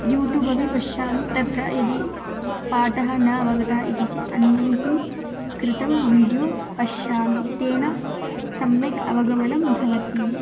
युट्युबपि पश्यामि तत्र यदि पाठः न अवगतः इति चेत् अन्यैः कृतं विड्यो पश्यामि तेन सम्यक् अवगमनं भवति